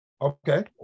Okay